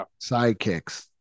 Sidekicks